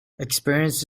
experience